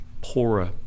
poorer